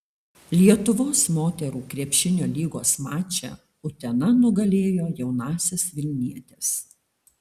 lietuvos moterų krepšinio lygos mače utena nugalėjo jaunąsias vilnietes